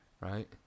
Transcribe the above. right